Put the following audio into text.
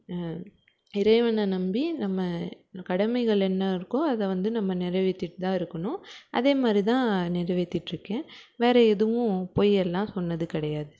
இறைவனை நம்பி நம்ம கடமைகள் என்ன இருக்கோ அதை வந்து நம்ம நிறைவேற்றிட்டு தான் இருக்கணும் அதேமாரி தான் நிறைவேற்றிட்ருக்கேன் வேறு எதுவும் பொய் எல்லாம் சொன்னது கிடையாது